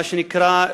מה שנקרא,